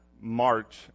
March